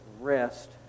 rest